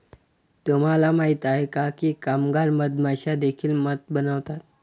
तुम्हाला माहित आहे का की कामगार मधमाश्या देखील मध बनवतात?